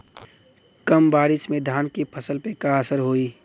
कम बारिश में धान के फसल पे का असर होई?